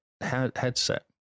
headset